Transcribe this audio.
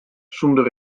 sûnder